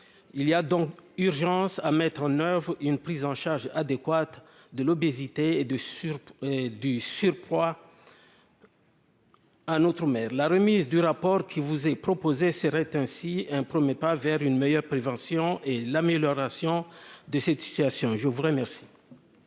il y a donc urgence à mettre en oeuvre une prise en charge adéquate de l'obésité et de surpoids et du surpoids. Un autre maire la remise du rapport qui vous est proposé serait ainsi un 1er pas vers une meilleure prévention et l'amélioration de cette situation, je vous remercie.